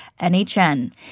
NHN